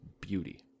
beauty